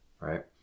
right